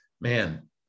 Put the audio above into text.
Man